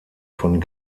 von